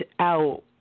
out